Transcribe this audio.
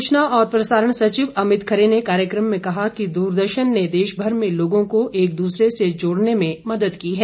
सूचना और प्रसारण सचिव अमित खरे ने कार्यक्रम में कहा कि दूरदर्शन ने देश भर में लोगों को एक दूसरे से जोड़ने में मदद की है